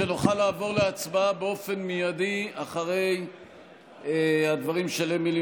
שנוכל לעבור להצבעה באופן מיידי אחרי הדברים של אמילי